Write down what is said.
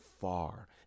far